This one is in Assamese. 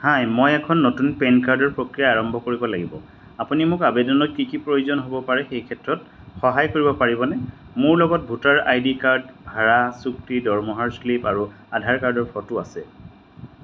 হাই মই এখন নতুন পেন কাৰ্ডৰ প্ৰক্ৰিয়া আৰম্ভ কৰিব লাগিব আপুনি মোক আবেদনত কি কি প্ৰয়োজন হ'ব পাৰে সেই ক্ষেত্ৰত সহায় কৰিব পাৰিবনে মোৰ লগত ভোটাৰ আই ডি কাৰ্ড ভাড়া চুক্তি দৰমহাৰ স্লিপ আৰু আধাৰ কাৰ্ডৰ ফটো আছে